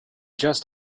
just